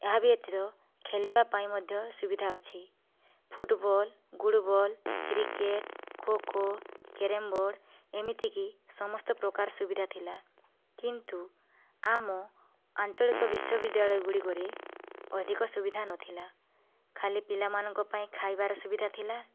ଏହା ବ୍ୟତୀତ ଖେଳିବା ପାଇଁ ମଧ୍ୟ ସୁବିଧା ଅଛି ଫୁଟବଲ୍ ଗୁଡ଼ ball cricket kho kho carrom board ଏମିତିକି ସମସ୍ତପ୍ରକାର ସୁବିଧା ଥିଲା କିନ୍ତୁ ଆମ ଆଞ୍ଚଳିକ ବିଶ୍ୱବିଦ୍ୟାଳୟ ଗୁଡ଼ିକରେ ଅଧିକ ସୁବିଧା ନଥିଲା ଖାଲି ପିଲାମାନଙ୍କ ପାଇଁ ଖାଇବାର ସୁବିଧା ଥିଲା